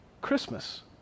Christmas